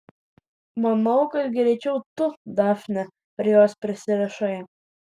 manau kad greičiau tu dafne prie jos prisirišai